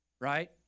Right